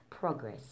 progress